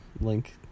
link